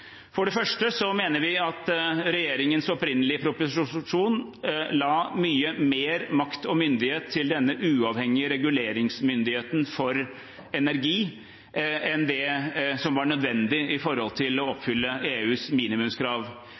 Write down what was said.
Vi mener regjeringens opprinnelige proposisjon la mye mer makt og myndighet til denne uavhengige reguleringsmyndigheten for energi enn det som var nødvendig for å oppfylle EUs minimumskrav.